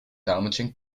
damaging